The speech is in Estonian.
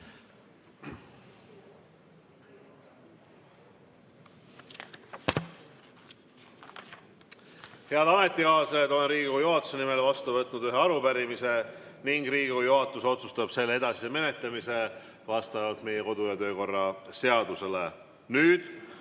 Head ametikaaslased! Olen Riigikogu juhatuse nimel vastu võtnud ühe arupärimise ning Riigikogu juhatus otsustab selle edasise menetlemise vastavalt meie kodu- ja töökorra seadusele.